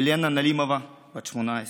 ילנה נלימוב, בת 18,